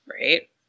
Right